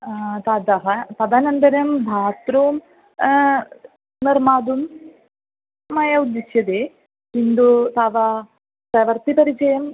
ततः तदनन्तरं भात्रूं निर्मातुं मया उद्दिश्यते किन्तु तव प्रवर्तिपरिचयं